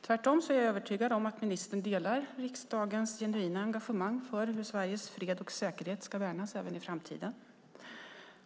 Tvärtom är jag övertygad om att ministern delar riksdagens genuina engagemang för hur Sveriges fred och säkerhet ska värnas även i framtiden.